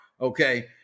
okay